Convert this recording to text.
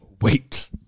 Wait